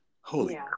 Holy